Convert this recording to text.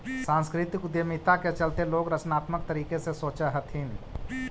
सांस्कृतिक उद्यमिता के चलते लोग रचनात्मक तरीके से सोचअ हथीन